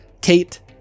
Kate